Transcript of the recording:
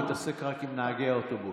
הוא התעסק עם נהגי האוטובוס.